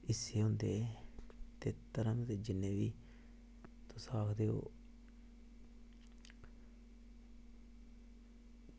हिस्से होंदे ते धर्म दे जिन्ने बी तुस आखदे